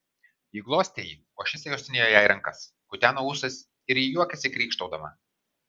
ji glostė jį o šisai uostinėjo jai rankas kuteno ūsais ir ji juokėsi krykštaudama